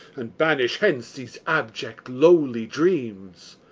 and banish hence these abject lowly dreams.